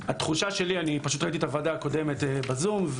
אני ראיתי את הוועדה הקודמת בזום,